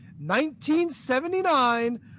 1979-